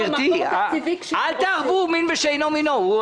אל תערבו מין בשאינו מינו.